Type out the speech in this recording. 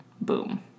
Boom